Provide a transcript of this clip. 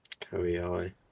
koei